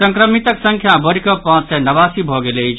संक्रमितक संख्या बढ़ि कऽ पांच सय नवासी भऽ गेल अछि